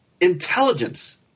intelligence